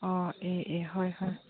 ꯑꯥ ꯑꯦ ꯑꯦ ꯍꯣꯏ ꯍꯣꯏ